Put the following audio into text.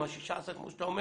עם ה-16 כמו שאתה אומר